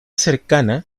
cercana